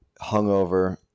hungover